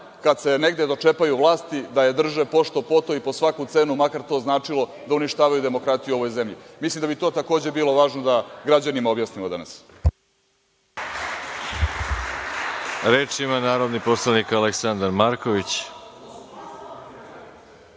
kada se negde dočepaju vlasti da je drže pošto po to i po svaku cenu, pa makar to značilo da uništavaju demokratiju u ovoj zemlji. Mislim da bi to takođe bilo važno da građanima objasnimo danas.(Nataša Sp. Jovanović: